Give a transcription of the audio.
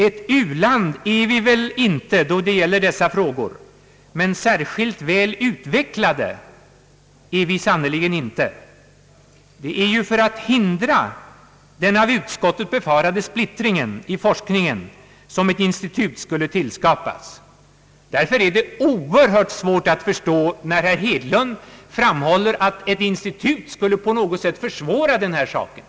Ett u-land är Sverige väl inte när det gäller dessa frågor, men särskilt väl utvecklade är vi sannerligen inte. Det är ju för att hindra den av utskottet befarade splittringen som ett institut skulle tillskapas. Därför är det oerhört svårt att förstå när herr Hedlund framhåller att ett institut skulle på något sätt försvåra den här saken.